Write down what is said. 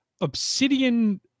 obsidian